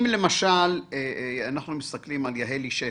אם מסתכלים על יהלי שפי,